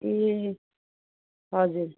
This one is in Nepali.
ए हजुर